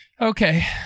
Okay